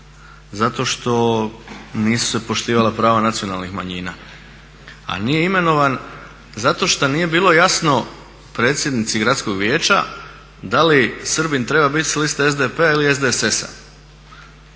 zato što se nisu poštivala prava nacionalnih manjina, a nije imenovan zato što nije bilo jasno predsjednici gradskog vijeća da li Srbin treba biti s liste SDP-a ili s